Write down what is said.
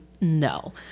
No